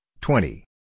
twenty